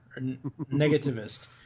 negativist